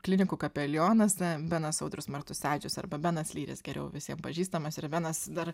klinikų kapelionas na benas audrius martusevičius arba benas lyris geriau visiem pažįstamas ir benas dar